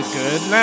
good